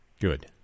good